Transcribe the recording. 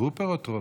טרוֹפר או טרוּפר?